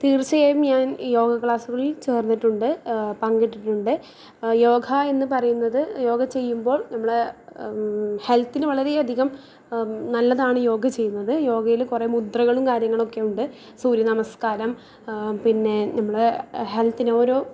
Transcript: തീർച്ചയായും ഞാൻ യോഗ ക്ലാസ്സുകളിൽ ചേർന്നിട്ടുണ്ട് പങ്കെടുത്തിട്ടുണ്ട് യോഗ എന്ന് പറയുന്നത് യോഗ ചെയ്യുമ്പോൾ നമ്മളെ ഹെൽത്തിന് വളരേ അധികം നല്ലതാണ് യോഗ ചെയ്യുന്നത് യോഗയില് കുറെ മുദ്രകളും കാര്യങ്ങളൊക്കെ ഉണ്ട് സൂര്യ നമസ്ക്കാരം പിന്നെ നമ്മളുടെ ഹെൽത്തിനോരോ